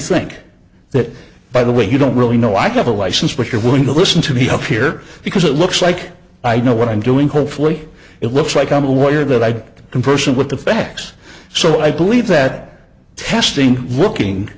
think that by the way you don't really know i have a license but you're willing to listen to me up here because it looks like i know what i'm doing hopefully it looks like i'm a lawyer that i'd conversant with the facts so i believe that testing looking